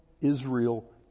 Israel